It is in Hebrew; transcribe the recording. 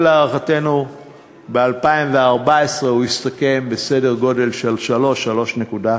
שלהערכתנו בשנת 2014 הוא יסתכם בסדר גודל של 3.2%-3%,